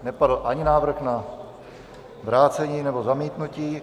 Nepadl ani návrh na vrácení, nebo zamítnutí.